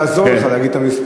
לעזור לך, להגיד את המספר.